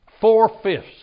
four-fifths